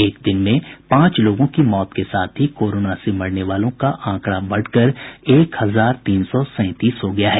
एक दिन में पांच लोगों की मौत के साथ ही कोरोना से मरने वालों का आंकड़ा बढ़कर एक हजार तीन सौ सैंतीस हो गया है